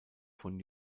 von